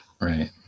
right